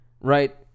right